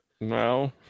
no